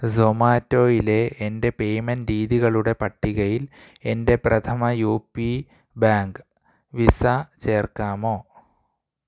സൊമാറ്റോയിലെ എൻ്റെ പേയ്മെൻറ്റ് രീതികളുടെ പട്ടികയിൽ എൻ്റെ പ്രഥമ യു പി ബാങ്ക് വിസ ചേർക്കാമോ